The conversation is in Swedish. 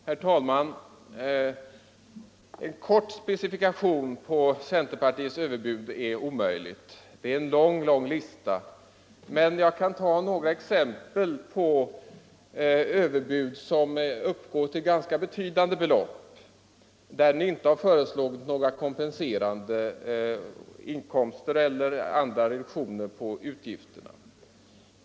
Herr talman! Att ge en kort specifikation på centerpartiets överbud är omöjligt, eftersom de omfattar en lång lång lista, men jag kan ta några exempel på överbud som uppgår till betydande belopp, för vilka ni inte har föreslagit några kompenserande inkomster eller reduktioner i fråga om andra utgifter.